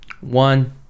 One